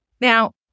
Now